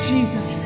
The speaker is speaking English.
Jesus